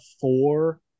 four